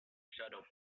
shuttle